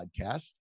podcast